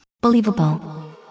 Believable